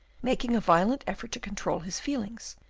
making a violent effort to control his feelings,